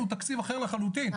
הוא תקציב אחר לחלוטין,